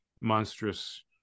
monstrous